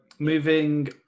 moving